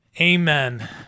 amen